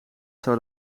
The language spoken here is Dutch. zou